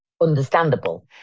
understandable